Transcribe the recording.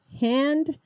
hand